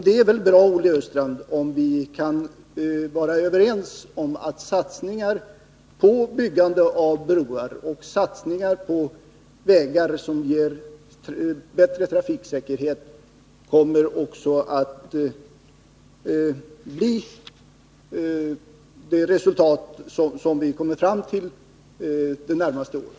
Det är väl bra, Olle Östrand, om vi kan vara överens om satsningar på byggande av broar och satsningar på vägar som ger bättre trafiksäkerhet. Då blir det resultat under de närmaste åren.